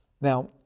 Now